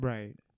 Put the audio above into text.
Right